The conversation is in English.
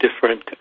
different